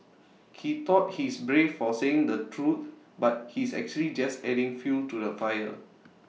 he thought he's brave for saying the truth but he's actually just adding fuel to the fire